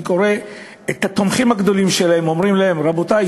אני קורא את התומכים הגדולים שלהם אומרים להם: רבותי,